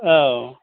औ